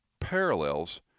parallels